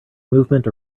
movement